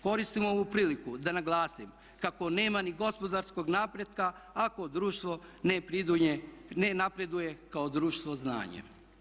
Koristim ovu priliku da naglasim kako nema ni gospodarskog napretka ako društvo ne napreduje kao društvo znanjem.